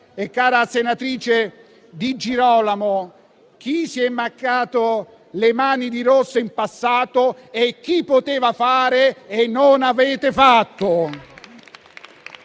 Cara senatrice Di Girolamo, chi si è macchiato le mani di rosso in passato? Chi poteva fare e non ha fatto?